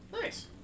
Nice